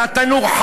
מהתנור,